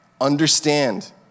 understand